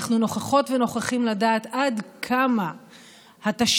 אנחנו נוכחות ונוכחים לדעת עד כמה התשתית